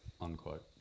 Unquote